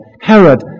Herod